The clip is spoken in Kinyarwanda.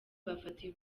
bafatiwe